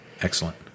Excellent